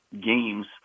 games –